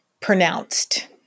pronounced